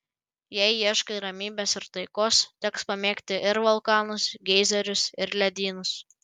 jei ieškai ramybės ir taikos teks pamėgti ir vulkanus geizerius ir ledynus